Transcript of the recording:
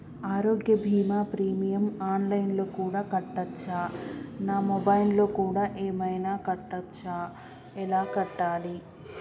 ఆరోగ్య బీమా premium online లో కూడా కట్టచ్చా? నా మొబైల్లో కూడా ఏమైనా కట్టొచ్చా? ఎలా కట్టాలి?